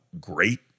great